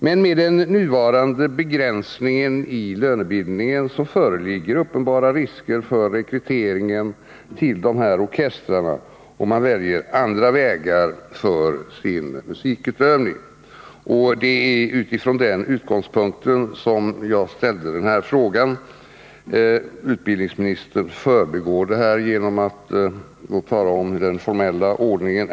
Men med den nuvarande begränsningen i lönebildningen föreligger det uppenbara risker för rekryteringen till de här orkestrarna, eftersom man kan välja andra vägar för sin musikutövning. Det är med den utgångspunkten jag ställde frågan. Utbildningsministern förbigår det hela genom att tala om den formella ordningen.